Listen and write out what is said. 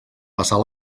passar